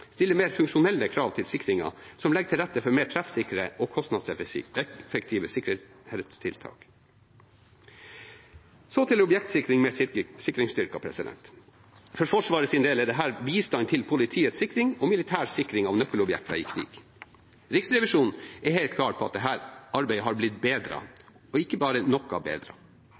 stiller mer funksjonelle krav til sikringen, som legger til rette for mer treffsikre og kostnadseffektive sikkerhetstiltak. Så til objektsikring med sikringsstyrker: For Forsvarets del er dette bistand til politiets sikring og militær sikring av nøkkelobjekter i krig. Riksrevisjonen er helt klar på at dette arbeidet har blitt bedret – og